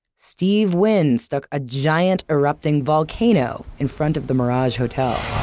steve wynn stuck a giant erupting volcano in front of the mirage hotel.